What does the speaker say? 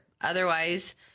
Otherwise